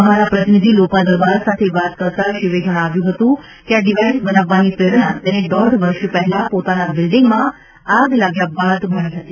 અમારા પ્રતિનિધિ લોપા દરબાર સાથે વાત કરતા શિવે જણાવ્યું હતું કે આ ડિવાઇસ બનાવવાની પ્રેરણા તેને દોઢ વર્ષ પહેલા પોતાના બિલ્ડીંગમાં આગ લાગ્યા બાદ મળી હતી